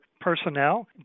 personnel